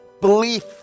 belief